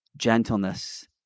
Gentleness